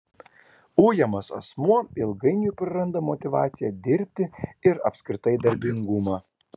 ujamas asmuo ilgainiui praranda motyvaciją dirbti ir apskritai darbingumą